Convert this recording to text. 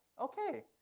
okay